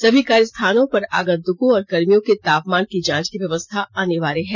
सभी कार्य स्थानों पर आगंतुकों और कर्मियों के तापमान की जांच की व्यवस्था अनिवार्य है